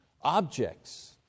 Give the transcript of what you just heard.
objects